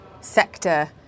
sector